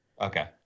Okay